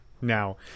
now